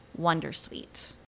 wondersuite